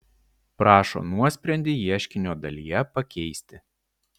prašo nuosprendį ieškinio dalyje pakeisti